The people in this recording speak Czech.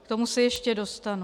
K tomu se ještě dostanu.